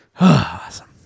Awesome